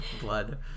Blood